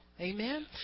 Amen